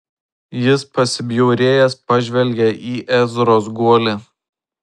jis pasibjaurėjęs pažvelgė į ezros guolį